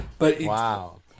Wow